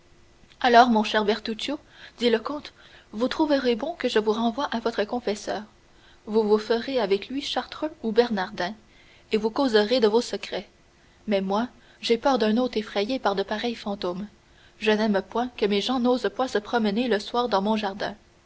alors mon cher bertuccio dit le comte vous trouverez bon que je vous renvoie à votre confesseur vous vous ferez avec lui chartreux ou bernardin et vous causerez de vos secrets mais moi j'ai peur d'un hôte effrayé par de pareils fantômes je n'aime point que mes gens n'osent point se promener le soir dans mon jardin